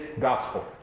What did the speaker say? gospel